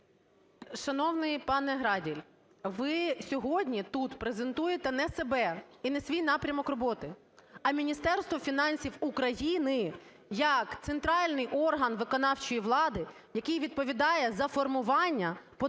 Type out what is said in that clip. Шановний пане Граділь, ви сьогодні тут презентуєте не себе і не свій напрямок роботи, а Міністерство фінансів України як центральний орган виконавчої влади, який відповідає за формування податкової